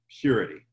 purity